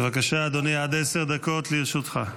בבקשה, אדוני, עד עשר דקות לרשותך.